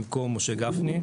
במקום משה גפני;